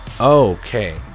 Okay